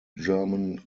german